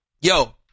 Yo